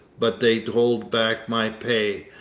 but they hold back my pay,